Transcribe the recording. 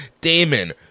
Damon